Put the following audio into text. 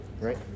right